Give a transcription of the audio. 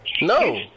No